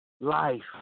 life